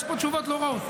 יש פה תשובות לא רעות.